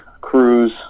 cruise